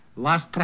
Last